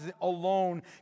alone